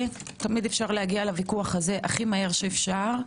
תמיד אפשר להגיע לוויכוח הזה הכי מהר שאפשר.